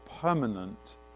permanent